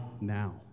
now